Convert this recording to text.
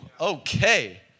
Okay